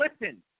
listen